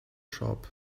shop